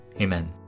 Amen